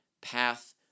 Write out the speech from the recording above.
path